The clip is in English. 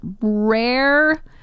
rare